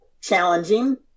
challenging